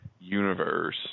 universe